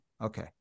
Okay